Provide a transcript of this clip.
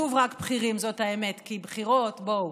כתוב רק בכירים, זאת האמת, כי בכירות, בואו.